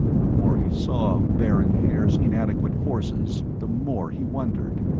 the more he saw of baron haer's inadequate forces, the more he wondered.